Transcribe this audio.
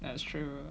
that's true